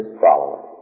followers